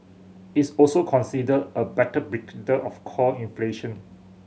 is also considered a better predictor of core inflation